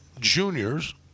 juniors